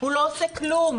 הוא לא עושה כלום.